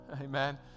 amen